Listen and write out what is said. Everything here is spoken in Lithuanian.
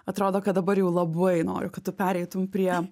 atrodo kad dabar jau labai noriu kad tu pereitum prie